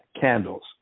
candles